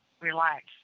Relax